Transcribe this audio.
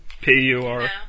P-U-R